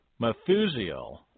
Methusiel